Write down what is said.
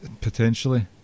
Potentially